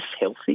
healthy